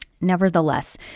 Nevertheless